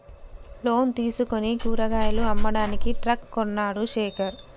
loan తీసుకుని కూరగాయలు అమ్మడానికి ట్రక్ కొన్నడు శేఖర్